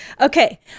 Okay